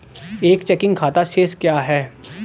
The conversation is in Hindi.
एक चेकिंग खाता शेष क्या है?